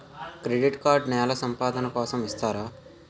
Credit card నెల సంపాదన కోసం ఇస్తారా?